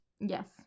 Yes